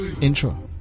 Intro